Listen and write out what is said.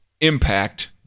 impact